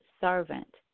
servant